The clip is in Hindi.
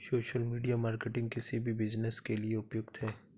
सोशल मीडिया मार्केटिंग किसी भी बिज़नेस के लिए उपयुक्त है